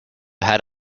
had